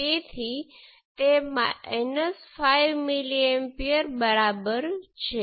તેથી V2 એ 1 kilo Ω I1 2 V1 અને V1 આપણે પહેલાથી જ ગણતરી કરી છે